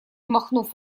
махнув